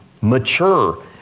mature